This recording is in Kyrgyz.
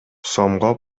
сомго